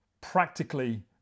practically